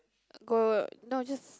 go no I just